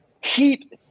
heat